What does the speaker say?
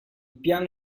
piano